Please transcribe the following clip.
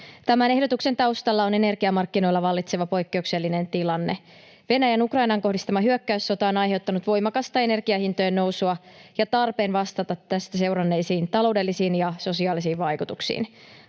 Tämän ehdotuksen taustalla on energiamarkkinoilla vallitseva poikkeuksellinen tilanne. Venäjän Ukrainaan kohdistama hyökkäyssota on aiheuttanut voimakasta energian hintojen nousua ja tarpeen vastata tästä seuranneisiin taloudellisiin ja sosiaalisiin vaikutuksiin.